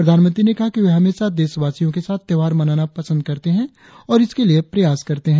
प्रधानमंत्री ने कहा कि वे हमेशा देशवासियों के साथ व्यौहार मनाना एसंट करते है और इसके लिए पर्यास करते है